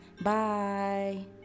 bye